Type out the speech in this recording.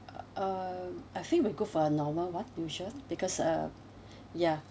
um I think we go for a normal [one] usual because uh ya